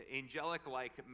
angelic-like